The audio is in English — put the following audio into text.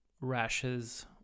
rashes